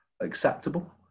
acceptable